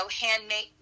handmade